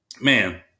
Man